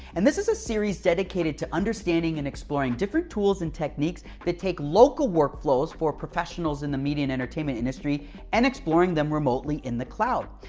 and this is a series dedicated to understanding and exploring different tools and techniques that take local workflows for professionals in the media and entertainment industry and exploring them remotely in the cloud.